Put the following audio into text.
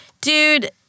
dude—